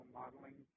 modeling